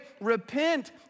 repent